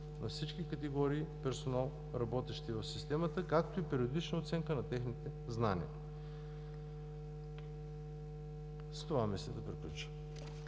на всички категории персонал, работещи в системата, както и периодична оценка на техните знания. С това мисля да приключа.